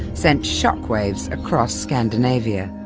sent shockwaves across scandinavia.